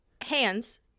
hands